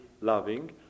loving